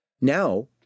Now